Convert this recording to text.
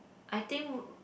I think w~